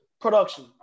production